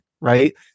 right